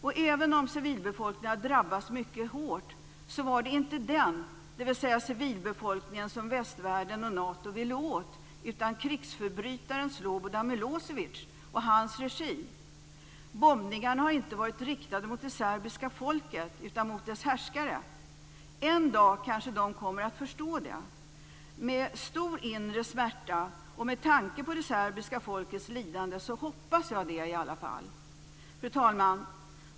Och även om civilbefolkningen har drabbats mycket hårt var det inte den som västvärlden och Nato ville åt utan krigsförbrytaren Slobodan Milosevic och hans regim. Bombningarna har inte varit riktade mot det serbiska folket utan mot dess härskare. En dag kanske man kommer att förstå det. Med stor inre smärta, med tanke på det serbiska folkets lidande, hoppas jag det i alla fall. Fru talman!